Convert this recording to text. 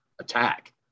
attack